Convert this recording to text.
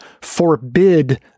Forbid